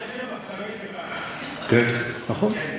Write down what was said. נכון.